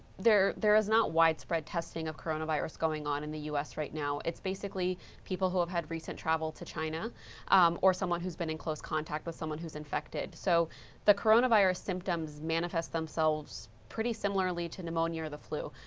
there there is not widespread testing of coronavirus going on in the u s. right now. it's basically people who have had recent travel to china or someone who has been in close contact with someone would is infected. so the coronavirus symptoms manifest themselves pretty similarly to pneumonia or the flu.